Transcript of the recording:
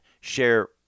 share